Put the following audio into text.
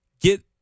get